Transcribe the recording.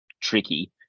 tricky